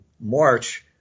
March –